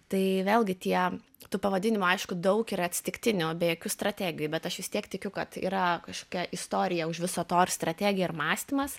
tai vėlgi tie tų pavadinimų aišku daug yra atsitiktinių be jokių strategijų bet aš vis tiek tikiu kad yra kažkokia istorija už viso to ir strategija ir mąstymas